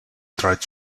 tried